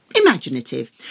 imaginative